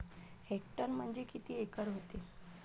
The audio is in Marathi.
हेक्टर म्हणजे किती एकर व्हते?